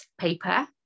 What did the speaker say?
paper